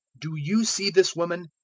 do you see this woman?